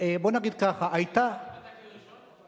בוא נגיד ככה, היתה, אתה כלי ראשון?